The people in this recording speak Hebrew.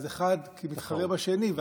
אז אחד מתחרה בשני.